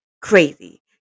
crazy